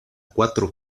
cuatro